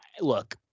Look